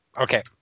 Okay